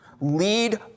Lead